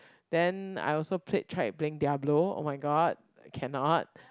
then I also played tried playing Diablo oh-my-god cannot